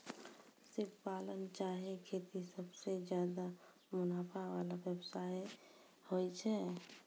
सिप पालन चाहे खेती सबसें ज्यादे मुनाफा वला व्यवसाय होय छै